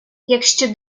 якщо